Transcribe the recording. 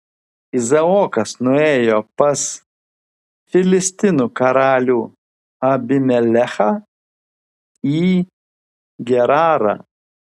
izaokas nuėjo pas filistinų karalių abimelechą į gerarą